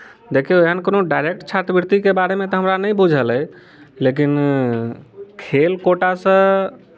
देखियौ एहन कोनो डायरेक्ट छात्रवृत्तिके बारेमे तऽ हमरा नहि बुझल अइ लेकिन खेल कोटासँ